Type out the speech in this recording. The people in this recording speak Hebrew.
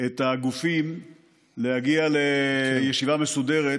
את הגופים להגיע לישיבה מסודרת,